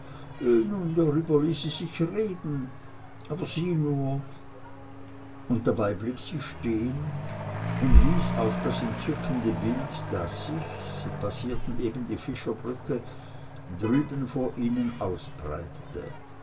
darüber ließe sich reden aber sieh nur und dabei blieb sie stehen und wies auf das entzückende bild das sich sie passierten eben die fischerbrücke drüben vor ihnen ausbreitete